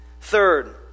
Third